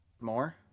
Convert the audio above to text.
more